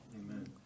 Amen